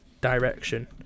direction